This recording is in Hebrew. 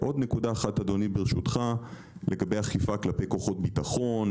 עוד נקודה אחת לגבי אכיפה כלפי כוחות ביטחון,